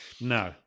No